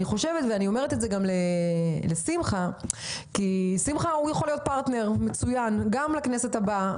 אני גם רוצה להגיד לשמחה שהוא יכול להיות פרטנר מצוין גם בכנסת הבאה.